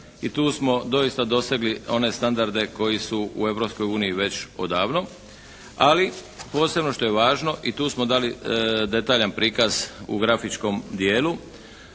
i tu smo doista dosegli one standarde koji su u Europskoj uniji već odavno, ali posebno što je važno i tu smo dali detaljan prikaz u grafičkom dijelu,